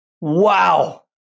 Wow